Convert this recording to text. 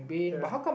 ya